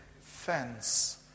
fence